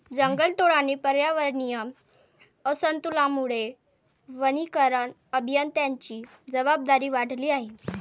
जंगलतोड आणि पर्यावरणीय असंतुलनामुळे वनीकरण अभियंत्यांची जबाबदारी वाढली आहे